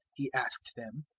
he asked them.